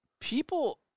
people